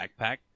backpack